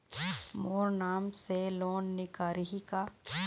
मोर नाम से लोन निकारिही का?